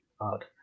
hard